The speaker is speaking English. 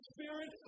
Spirit